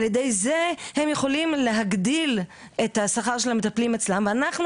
על ידי זה הם יכולים להגדיל את השכר של המטפלים אצלם ואנחנו